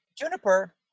Juniper